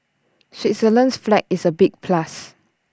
Switzerland's flag is A big plus